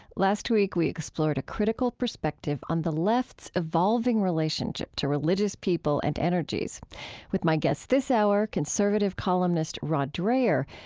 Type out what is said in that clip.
last week, we explored a critical perspective on the left's evolving relationship to religious people and energies with my guest this hour, conservative columnist rod dreher,